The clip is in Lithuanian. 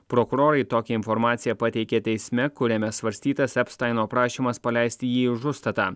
prokurorai tokią informaciją pateikė teisme kuriame svarstytas epstaino prašymas paleisti jį už užstatą